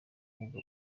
ubwo